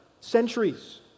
centuries